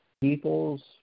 people's